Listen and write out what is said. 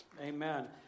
Amen